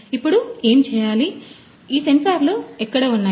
ఇప్పుడు ఏం చేయాలి ఈ సెన్సార్లు ఎక్కడ ఉన్నాయి